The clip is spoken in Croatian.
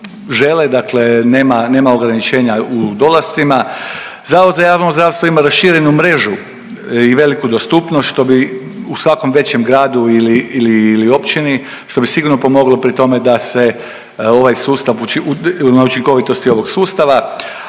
žele, dakle nema ograničenja u dolascima. Zavod za javno zdravstvo ima raširenu mrežu i veliku dostupnost što bi u svakom većem gradu ili općini što bi sigurno pomoglo pri tome da se ovaj sustav na učinkovitosti ovog sustava,